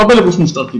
לא בלבוש משטרתי,